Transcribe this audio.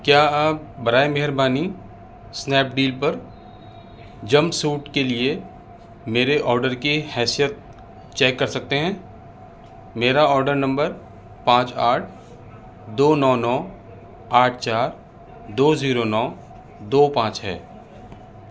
کیا آپ برائے مہربانی اسنیپ ڈیل پر جمپ سوٹ کے لیے میرے آرڈر کی حیثیت چیک کر سکتے ہیں میرا آرڈر نمبر پانچ آٹھ دو نو نو آٹھ چار دو زیرو نو دو پانچ ہے